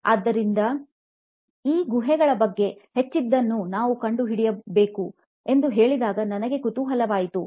ಆದ್ದರಿಂದ ಈ ಗುಹೆಗಳ ಬಗ್ಗೆ ಹೆಚ್ಚಿನದನ್ನು ನಾನು ಕಂಡುಹಿಡಿಯಬೇಕು ಎಂದು ಹೇಳಿದಾಗ ನನಗೆ ಕುತೂಹಲವಾಯಿತು